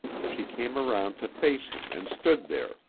she came around to face him and stood there,